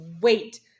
wait